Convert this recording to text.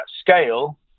scale